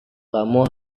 kamu